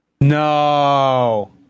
No